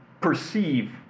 perceive